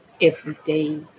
everyday